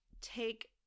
take